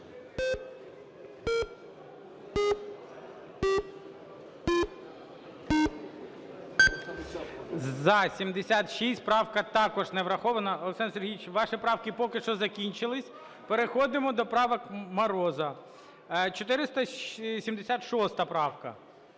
За-76 Правка також не врахована. Олександр Сергійович, ваші правки поки що закінчились. Переходимо до правок Мороза. 476 правка.